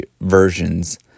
versions